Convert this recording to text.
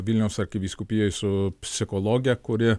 vilniaus arkivyskupijoj su psichologe kuri